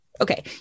Okay